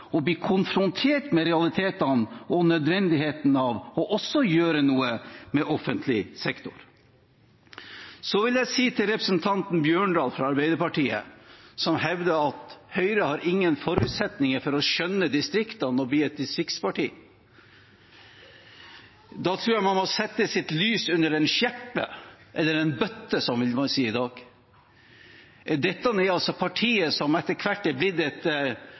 og bli et distriktsparti. Da tror jeg man må sette sitt lys under en skjeppe – eller en bøtte, som man vil si i dag. Dette er altså partiet som etter hvert er blitt et